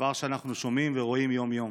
דבר שאנחנו שומעים ורואים יום-יום.